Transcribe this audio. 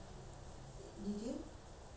did I no I didn't